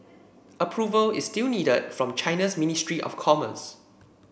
approval is still needed from China's ministry of commerce